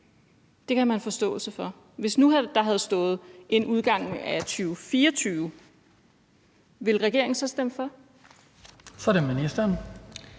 Det kan man have forståelse for. Hvis der nu havde stået inden udgangen af 2024, ville regeringen så stemme for? Kl. 17:52 Den